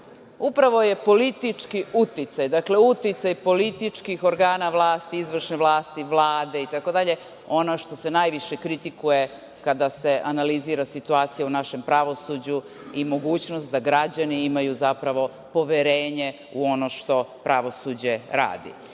upravo je politički uticaj, dakle uticaj političkih organa vlasti, izvršne vlasti, Vlade, itd, ono što se najviše kritikuje kada se analizira situacija u našem pravosuđu i mogućnost da građani imaju zapravo poverenje u ono što pravosuđe radi.